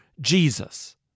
Jesus